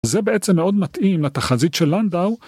זה בעצם מאוד מתאים לתחזית של לנדאו,